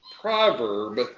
proverb